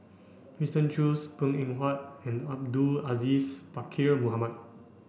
Winston Choos Png Eng Huat and Abdul Aziz Pakkeer Mohamed